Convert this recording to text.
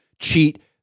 cheat